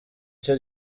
cyo